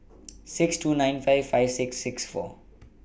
six two nine five five six six four